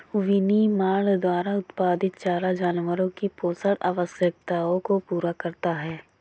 विनिर्माण द्वारा उत्पादित चारा जानवरों की पोषण आवश्यकताओं को पूरा करता है